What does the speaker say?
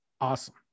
awesome